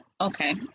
Okay